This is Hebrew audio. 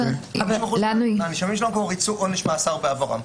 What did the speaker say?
50% מהנאשמים ריצו עונש מאסר בעברם.